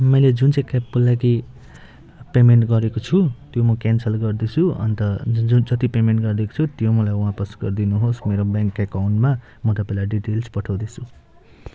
मैले जुन चाहिँ क्याबको लागि पेमेन्ट गरेको छु त्यो म क्यान्सल गर्दैछु अन्त जुन जति पेमेन्ट गरेको छु त्यो मलाई वापस गरिदिनु होस् मेरो ब्याङ्क एकाउन्टमा म तपाईँलाई डिटेल्स पठाउँदैछु